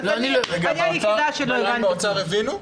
אז אני היחידה שלא הבנתי...